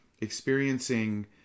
experiencing